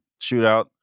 shootout